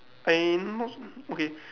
I not okay